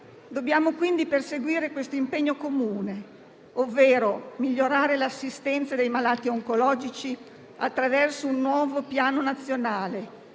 Dobbiamo quindi perseguire questo impegno comune, ovvero migliorare l'assistenza dei malati oncologici attraverso un nuovo Piano nazionale